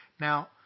Now